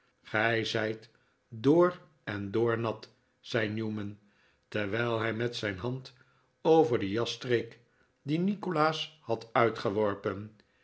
gij zijt door en door nat zei newman terwijl hij met zijn hand over de jas streek die nikolaas had uitgeworpen